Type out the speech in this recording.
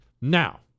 Now